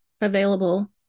available